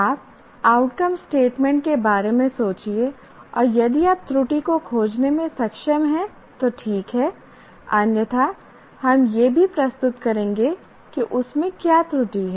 आप outcome statement के बारे में सोचिए और यदि आप त्रुटि को खोजने में सक्षम हैं तो ठीक है अन्यथा हम यह भी प्रस्तुत करेंगे कि उसमें क्या त्रुटि है